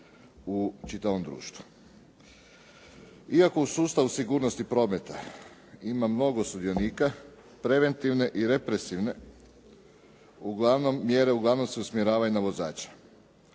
u čitavom društvu. Iako u sustavu sigurnosti prometa ima mnogo sudionika, preventivne i represivne mjere uglavnom se usmjeravaju na vozače.